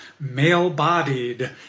male-bodied